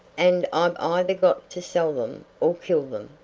and i've either got to sell them or kill them,